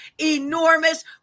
enormous